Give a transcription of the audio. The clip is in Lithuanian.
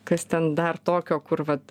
kas ten dar tokio kur vat